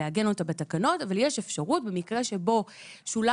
לעגן אותה בתקנות שבמקרה שבו שולם